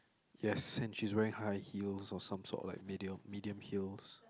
yes and she's wearing high heels or some sort like medium medium heels